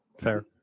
Fair